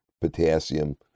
potassium